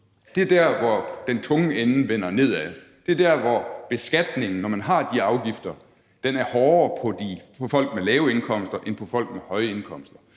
er jo der, hvor den tunge ende vender nedad; når man har de afgifter, er det jo der, hvor beskatningen er hårdere på folk med lave indkomster end på folk med høje indkomster.